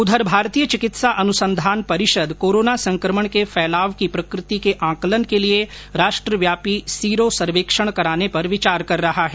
उधर भारतीय चिकित्सा अनुसंधान परिषद कोरोना संकमण के फैलाव की प्रकृति के आंकलन के लिए राष्ट्रव्यापी सीरो सर्वेक्षण कराने पर विचार कर रहा है